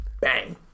Bang